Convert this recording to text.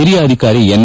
ಹಿರಿಯ ಅಧಿಕಾರಿ ಎನ್